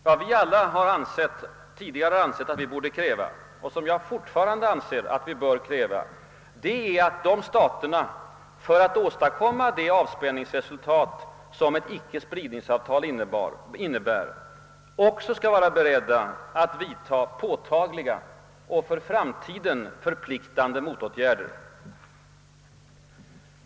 Vad vi alla tidigare har ansett att vi borde kräva, och som jag fortfarande anser att vi bör kräva, det är att dessa stater för att åstadkomma det avspänningsresultat, som ett icke spridningsavtal innebär, också skall vara beredda att vidtaga påtagliga och för framtiden förpliktande motåtgärder.